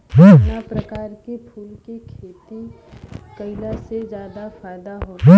कवना प्रकार के फूल के खेती कइला से ज्यादा फायदा होला?